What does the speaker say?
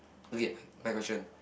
okay my question